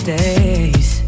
days